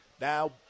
now